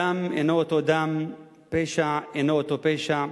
דם אינו אותו דם, פשע אינו אותו פשע,